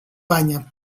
banya